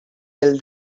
del